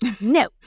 No